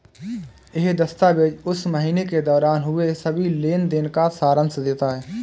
यह दस्तावेज़ उस महीने के दौरान हुए सभी लेन देन का सारांश देता है